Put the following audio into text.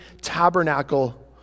tabernacle